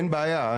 אין בעיה,